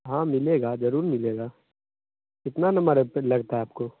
हाँ मिलेगा ज़रूर मिलेगा कितना नंबर पर लगता है आपको